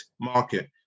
market